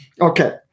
Okay